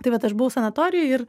tai vat aš buvau sanatorijoj ir